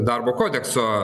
darbo kodekso